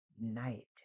night